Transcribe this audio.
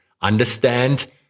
Understand